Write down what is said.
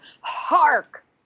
Hark